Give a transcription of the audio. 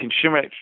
consumer